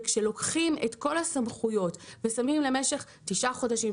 וכשלוקחים את כל הסמכויות ושמים למשך תשעה חודשים,